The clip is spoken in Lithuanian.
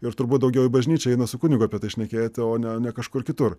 ir turbūt daugiau į bažnyčią eina su kunigu apie tai šnekėti o ne ne kažkur kitur